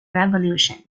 revolution